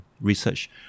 research